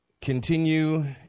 continue